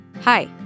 Hi